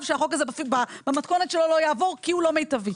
שהחוק הזה במתכונת שלו לא יעבור כי הוא לא מיטבי.